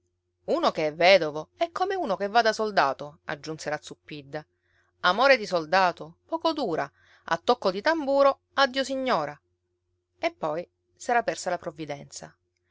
uno che è vedovo è come uno che vada soldato aggiunse la zuppidda amore di soldato poco dura a tocco di tamburo addio signora e poi s'era persa la provvidenza